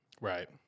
Right